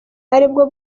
aribwo